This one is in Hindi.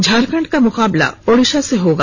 झारखंड का मुकाबला ओड़िशा से होगा